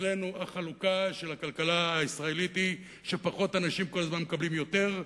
אצלנו החלוקה של הכלכלה הישראלית היא שפחות אנשים כל הזמן מקבלים יותר,